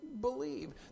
believe